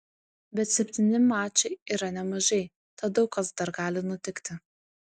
bet septyni mačai yra nemažai tad daug kas dar gali nutikti